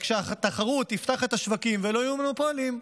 וכשהתחרות תפתח את השווקים ולא יהיו מונופולים,